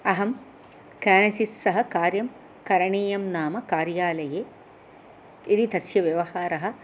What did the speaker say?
अहं केनचित् सः कार्यं करणीयं नाम कार्यालये यदि तस्य व्यवहारः